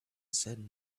said